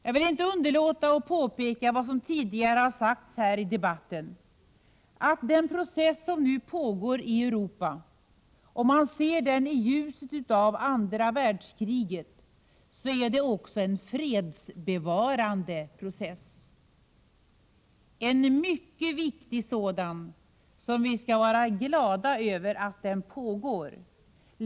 Jag vill inte underlåta att påpeka vad som tidigare har sagts i debatten, nämligen att den process som nu pågår i Europa — sedd i ljuset av andra världskriget — också är en fredsbevarande process. Det är en mycket viktig sådan, och vi skall vara glada över att den pågår.